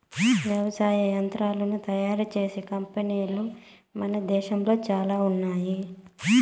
వ్యవసాయ యంత్రాలను తయారు చేసే కంపెనీలు మన దేశంలో చానా ఉన్నాయి